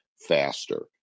faster